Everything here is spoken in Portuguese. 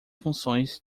funções